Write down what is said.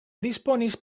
disponis